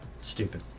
stupid